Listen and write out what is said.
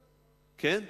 כן.